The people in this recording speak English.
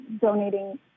donating